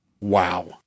wow